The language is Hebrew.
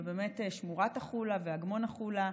שמורת החולה ואגמון החולה.